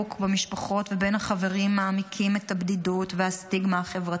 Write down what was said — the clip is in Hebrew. במשפחות ובין החברים מעמיקים את הבדידות והסטיגמה החברתית.